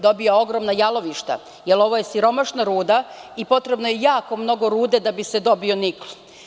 Dobija ogromna jalovišta, jer je ovo siromašna ruda i potrebno je jako mnogo rude da bi se dobio nikl.